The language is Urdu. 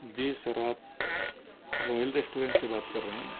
جی سر آپ رائل ریسٹورنٹ سے بات کر رہے ہیں